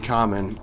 Common